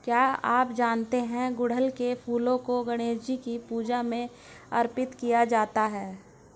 क्या आप जानते है गुड़हल के फूलों को गणेशजी की पूजा में अर्पित किया जाता है?